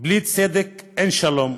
בלי צדק אין שלום,